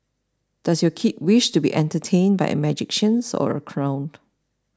does your kid wish to be entertained by a magician or a clown